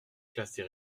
classes